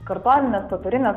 kartonines popierines